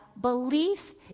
belief